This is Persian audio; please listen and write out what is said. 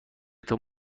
تان